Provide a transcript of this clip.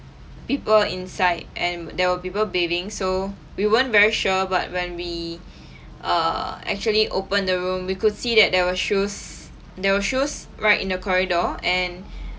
people inside and there were people bathing so we weren't very sure but when we err actually opened the room we could see that there were shoes there were shoes right in the corridor and